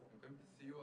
והם מקבלים את הסיוע,